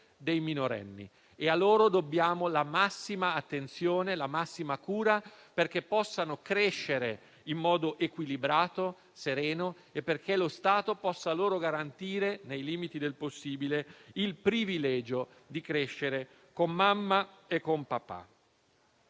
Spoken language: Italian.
dei minorenni. A loro dobbiamo la massima attenzione e la massima cura perché possano crescere in modo equilibrato, sereno, e perché lo Stato possa loro garantire - nei limiti del possibile - il privilegio di crescere con mamma e papà.